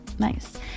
Nice